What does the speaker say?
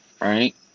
right